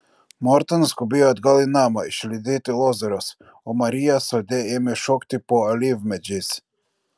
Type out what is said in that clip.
morta nuskubėjo atgal į namą išlydėti lozoriaus o marija sode ėmė šokti po alyvmedžiais